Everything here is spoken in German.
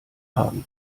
haben